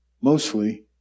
mostly